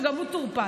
ושגם הוא טורפד,